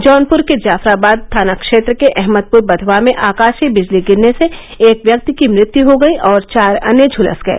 जौनप्र के जाफराबाद थाना क्षेत्र के अहमदपुर बधवा में आकाशीय बिजली गिरने से एक व्यक्ति की मुत्य हो गयी और चार अन्य झूलस गए